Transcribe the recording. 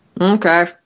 Okay